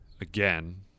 again